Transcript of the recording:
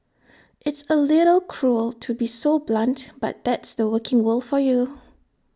its A little cruel to be so blunt but that's the working world for you